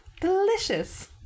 delicious